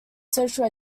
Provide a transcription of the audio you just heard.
social